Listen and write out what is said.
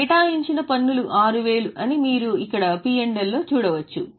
మీరు కేటాయించిన పన్నులు 6000 అని మీరు ఇక్కడ P L లో చూడవచ్చు